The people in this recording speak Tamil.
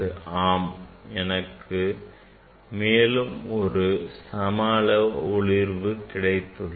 ஆம் எனக்கு மேலும் ஒரு சம அளவு ஒளிர்வு கிடைத்துள்ளது